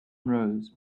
rose